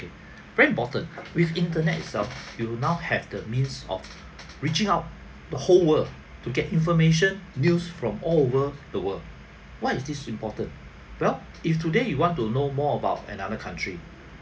K very important with internet itself you will now have the means of reaching out the whole world to get information news from all over the world why is this important well if today you want to know more about another country